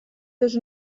dos